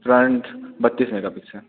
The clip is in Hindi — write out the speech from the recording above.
फ़्रट बत्तीस मेगापिक्सल